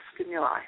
stimuli